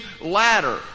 ladder